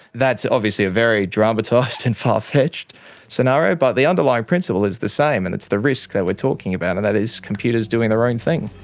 that's obviously a very dramatised and far-fetched scenario, but the underlying principle is the same, and it's the risk they were talking about, and that is computers doing their own thing.